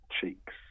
cheeks